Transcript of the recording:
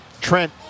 Trent